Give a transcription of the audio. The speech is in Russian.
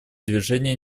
движения